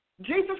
Jesus